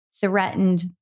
threatened